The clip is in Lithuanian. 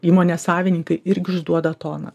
įmonės savininkai irgi užduoda toną